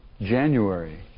January